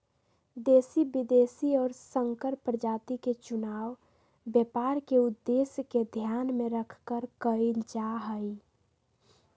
देशी, विदेशी और संकर प्रजाति के चुनाव व्यापार के उद्देश्य के ध्यान में रखकर कइल जाहई